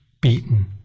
beaten